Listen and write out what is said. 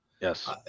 Yes